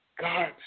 God